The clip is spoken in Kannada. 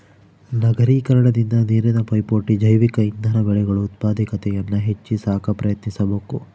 ನಗರೀಕರಣದಿಂದ ನೀರಿನ ಪೈಪೋಟಿ ಜೈವಿಕ ಇಂಧನ ಬೆಳೆಗಳು ಉತ್ಪಾದಕತೆಯನ್ನು ಹೆಚ್ಚಿ ಸಾಕ ಪ್ರಯತ್ನಿಸಬಕು